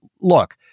look